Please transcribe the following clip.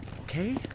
Okay